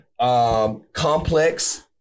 Complex